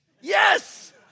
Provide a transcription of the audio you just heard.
yes